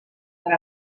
per